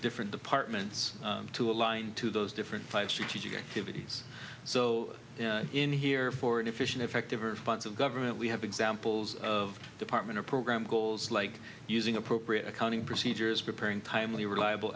different departments to align to those different five strategic a given he's so in here for an efficient effective or funds of government we have examples of department or program goals like using appropriate accounting procedures preparing timely reliable